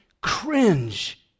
cringe